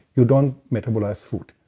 you don't metabolize food.